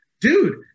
dude